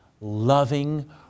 loving